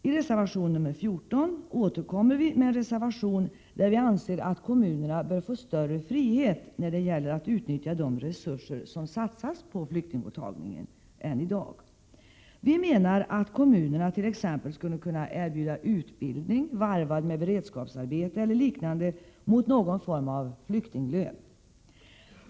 I reservation 14 återkommer vi med ett förslag om att kommunerna bör få större frihet att utnyttja de resurser som satsas på flyktingmottagningen än i dag. Vi menar att kommunerna t.ex. skulle kunna erbjuda utbildning varvad med beredskapsarbete eller liknande mot någon form av ”flyktinglön”.